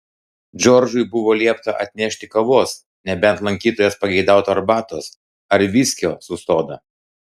džordžui buvo liepta atnešti kavos nebent lankytojas pageidautų arbatos ar viskio su soda